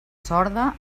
sorda